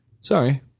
sorry